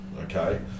okay